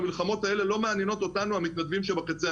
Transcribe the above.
המלחמות האלה לא מעניינות אותנו המתנדבים שבקצה,